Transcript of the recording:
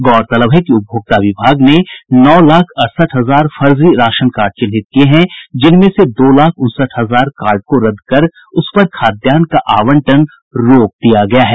गौरतलब है कि उपभोक्ता विभाग ने नौ लाख अड़सठ हजार फर्जी राशन कार्ड चिन्हित किये हैं जिनमें से दो लाख उनसठ हजार कार्ड को रद्द कर उस पर खाद्यान्न का आवंटन रोक दिया गया है